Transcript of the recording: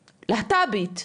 להט"בית,